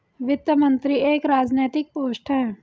वित्त मंत्री एक राजनैतिक पोस्ट है